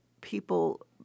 people